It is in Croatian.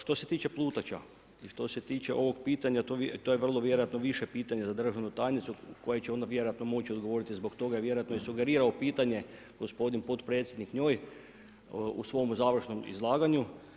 Što se tiče plutača, što se tiče ovog pitanja, to je vrlo vjerojatno više pitanje za državnu tajnicu, koja će onda vjerojatno moći odgovoriti zbog toga, jer vjerojatno je sugerirao pitanje gospodin potpredsjednik njoj, u svom završnom izlaganju.